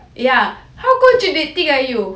ya how contradicting are you